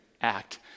act